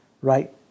right